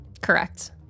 Correct